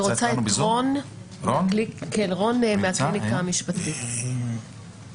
אני רוצה לשמוע את רון מהקליניקה המשפטית בזום.